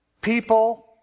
People